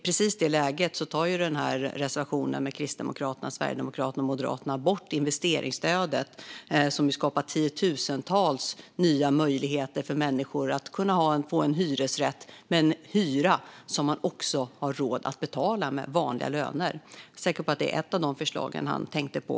Precis i det läget tar Kristdemokraterna, Sverigedemokraterna och Moderaterna i sin reservation bort investeringsstödet, som ju skapar tiotusentals nya möjligheter för människor att få en hyresrätt med en hyra som man har råd att betala med en vanlig lön. Jag är säker på att det är ett av förslagen han tänkte på.